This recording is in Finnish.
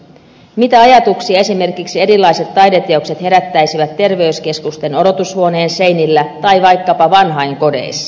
mitä ajatuksia esimerkiksi erilaiset taideteokset herättäisivät terveyskeskusten odotushuoneiden seinillä tai vaikkapa vanhainkodeissa